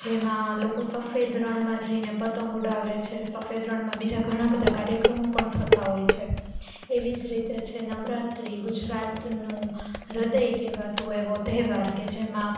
જેમાં લોકો સફેદ રણમાં જઈને પતંગ ઉડાવે છે સફેદ રણમાં બીજા ઘણા બધા કાર્યક્રમો પણ થતા હોય છે એવી જ રીતે છે નવરાત્રિ ગુજરાતનું હૃદય કહેવાતું એવો તહેવાર કે જેમાં